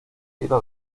cielo